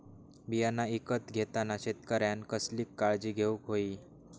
बियाणा ईकत घेताना शेतकऱ्यानं कसली काळजी घेऊक होई?